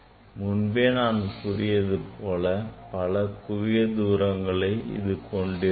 முன்பே நான் கூறியது போல இது பல குவியத் தூரங்களை கொண்டதாகும்